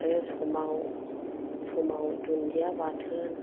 आरो समाव समाव दुन्दिया बाथोन